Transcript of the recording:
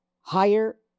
Higher